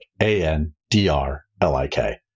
A-N-D-R-L-I-K